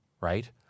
Right